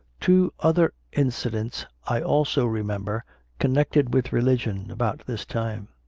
two other incidents i also remember connected with religion about this time.